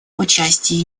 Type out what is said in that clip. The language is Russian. участие